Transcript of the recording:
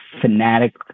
fanatic